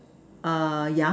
err yeah